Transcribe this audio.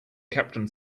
captain